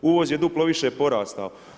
Uvoz je duplo više porastao.